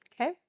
Okay